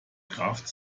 kraft